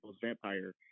vampire